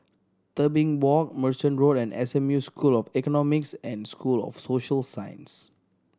Tebing Walk Merchant Road and S M U School of Economics and School of Social Sciences